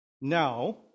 Now